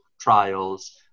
trials